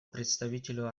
представителю